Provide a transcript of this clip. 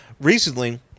recently